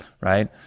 right